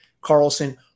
Carlson